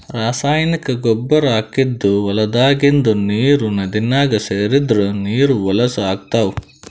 ರಾಸಾಯನಿಕ್ ಗೊಬ್ಬರ್ ಹಾಕಿದ್ದ್ ಹೊಲದಾಗಿಂದ್ ನೀರ್ ನದಿನಾಗ್ ಸೇರದ್ರ್ ನೀರ್ ಹೊಲಸ್ ಆಗ್ತಾವ್